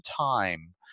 time